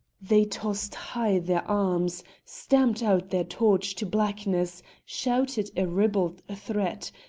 they tossed high their arms, stamped out their torch to blackness, shouted a ribald threat,